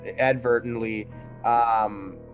advertently